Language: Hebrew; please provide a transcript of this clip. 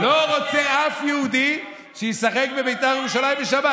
לא רוצה אף יהודי שישחק בבית"ר ירושלים בשבת.